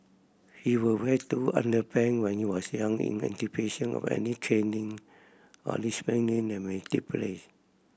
he would wear two underpant when he was young in anticipation of any caning or disciplining that may take place